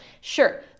Sure